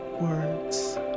words